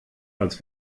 als